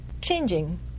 changing